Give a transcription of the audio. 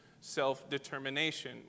self-determination